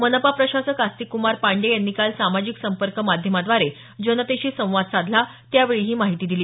मनपा प्रशासक आस्तिक्कमार पांडेय यांनी काल सामाजिक संपर्क माध्यमाद्वारे जनतेशी संवाद साधला त्यावेळी ही माहिती दिली